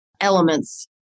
elements